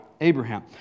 Abraham